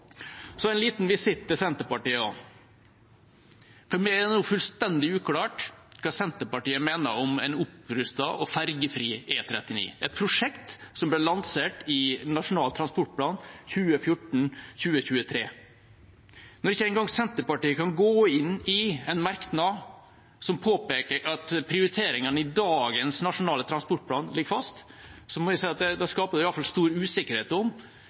Så en liten visitt til Senterpartiet: For meg er det nå fullstendig uklart hva Senterpartiet mener om en opprustet og fergefri E39, et prosjekt som ble lansert i Nasjonal transportplan 2014–2023. Når ikke engang Senterpartiet kan gå inn i en merknad som påpeker at prioriteringene i dagens nasjonale transportplan ligger fast, må jeg si at det skaper i alle fall stor usikkerhet om hva Senterpartiet mener om dette viktige prosjektet. Hva mener Senterpartiet om